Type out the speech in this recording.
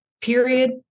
period